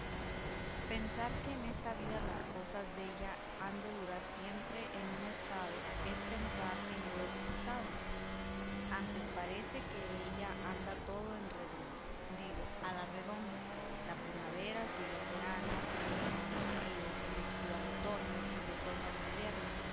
pensar que en esta vida las cosas della han de durar siempre en un estado es pensar en lo escusado antes parece que ella anda todo en redondo digo a la redonda la primavera sigue al verano el verano al estío el estío al otoño y el otoño al invierno y el invierno